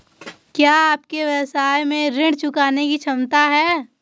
क्या आपके व्यवसाय में ऋण चुकाने की क्षमता है?